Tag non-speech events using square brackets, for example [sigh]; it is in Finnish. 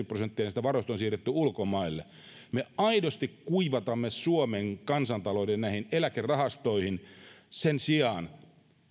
[unintelligible] prosenttia on siirretty ulkomaille me aidosti kuivatamme suomen kansantalouden näihin eläkerahastoihin sen sijaan